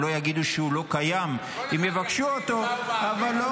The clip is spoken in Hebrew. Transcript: הם לא יגידו שהוא לא קיים אם יבקשו אותו -- כל אחד יחליט מה הוא מעביר?